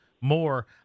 more